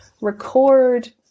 record